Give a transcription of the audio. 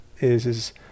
is—is